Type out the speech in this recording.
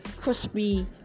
crispy